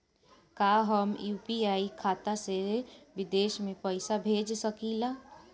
का हम यू.पी.आई खाता से विदेश म पईसा भेज सकिला?